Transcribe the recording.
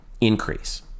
increase